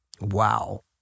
wow